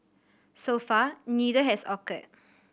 so far neither has occurred